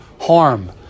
harm